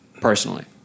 personally